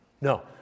No